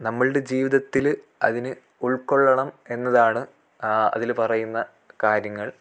നമ്മളുടെ ജീവിതത്തിൽ അതിന് ഉൾക്കൊള്ളണം എന്നതാണ് ആ അതിൽ പറയുന്ന കാര്യങ്ങൾ